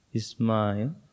smile